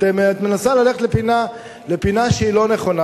את מנסה ללכת לפינה שהיא לא נכונה,